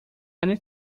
need